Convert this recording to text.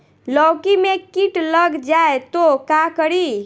लौकी मे किट लग जाए तो का करी?